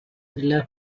thriller